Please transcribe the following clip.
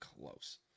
close